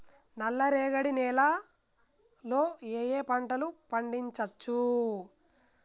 నల్లరేగడి నేల లో ఏ ఏ పంట లు పండించచ్చు?